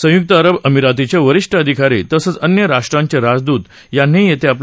संयुक्त अरब अमिरातीचे वरिष्ठ अधिकारी तसंच अन्य राष्ट्रांचे राजदूत यांनीही तेथे आपली हजेरी लावली